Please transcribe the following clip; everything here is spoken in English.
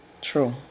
True